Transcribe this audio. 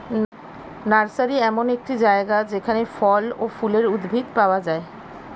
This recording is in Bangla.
নার্সারি এমন একটি জায়গা যেখানে ফল ও ফুলের উদ্ভিদ পাওয়া যায়